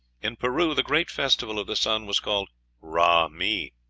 in peru the great festival of the sun was called ra-mi.